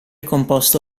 composto